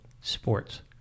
sports